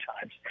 times